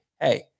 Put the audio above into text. Hey